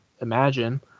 imagine